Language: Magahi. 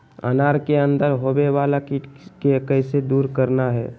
अनार के अंदर होवे वाला कीट के कैसे दूर करना है?